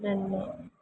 ನನ್ನ